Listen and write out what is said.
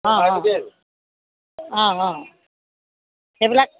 অ অ অ অ সেইবিলাক